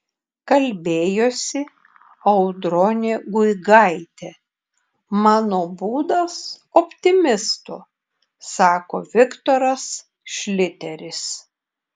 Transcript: kalbėjosi audronė guigaitė mano būdas optimisto sako viktoras šliteris